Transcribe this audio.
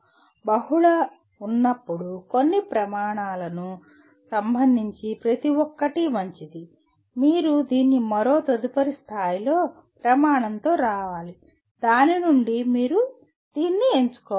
బహుళ ఉన్నప్పుడు కొన్ని ప్రమాణాలకు సంబంధించి ప్రతి ఒక్కటి మంచిది మీరు దీన్ని మరో తదుపరి స్థాయి ప్రమాణంతో రావాలి దాని నుండి మీరు దీన్ని ఎంచుకోవాలి